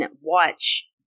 watch